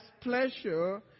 pleasure